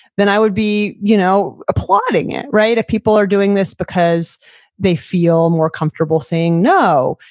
then i would be you know applauding it, right? if people are doing this because they feel more comfortable saying no,